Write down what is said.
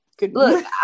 Look